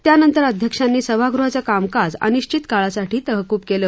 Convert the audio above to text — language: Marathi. त्यानंतर अध्यक्षांनी सभागृहाचं कामकाज अनिश्वित काळासाठी तहकूब केलं